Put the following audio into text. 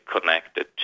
connected